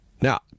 Now